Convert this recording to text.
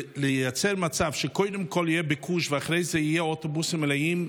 לייצר מצב שבו קודם כול יהיה ביקוש ואחר כך יהיו אוטובוסים מלאים,